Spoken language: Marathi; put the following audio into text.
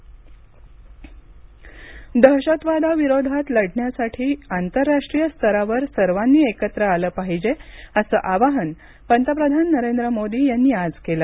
मोदी केवडीया भाषण दहशतवादाविरोधात लढण्यासाठी आंतरराष्ट्रीय स्तरावर सर्वांनी एकत्र आलं पाहिजे असं आवाहन पंतप्रधान नरेंद्र मोदी यांनी आज केलं